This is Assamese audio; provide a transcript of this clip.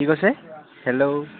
কি কৈছে হেল্ল'